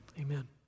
Amen